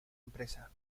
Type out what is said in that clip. empresa